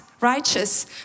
righteous